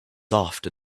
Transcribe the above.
soft